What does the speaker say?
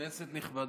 כנסת נכבדה,